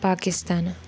Pakistan